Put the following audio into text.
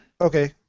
Okay